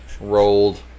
Rolled